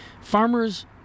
farmers